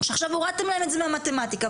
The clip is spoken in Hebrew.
שעכשיו הורדתם להם את זה מהמתמטיקה,